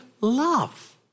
love